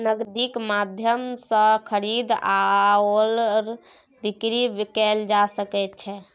नगदीक माध्यम सँ खरीद आओर बिकरी कैल जा सकैत छै